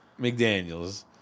McDaniels